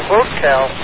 Hotel